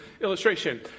illustration